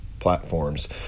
platforms